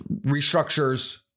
restructures